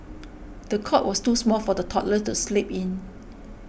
the cot was too small for the toddler to sleep in